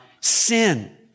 Sin